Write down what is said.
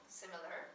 similar